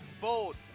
bold